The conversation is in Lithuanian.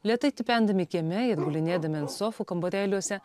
lėtai tipendami kieme ir gulėdami ant sofų kambarėliuose